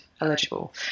eligible